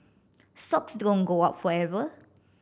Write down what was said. stocks don't go up forever